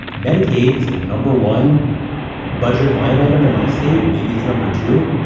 medicaid is the number one budget line item in my state. maybe it's number two.